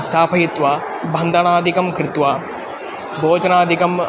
स्थापयित्वा बन्धनादिकं कृत्वा भोजनादिकम्